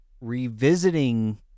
revisiting